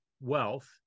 wealth